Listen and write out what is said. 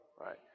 right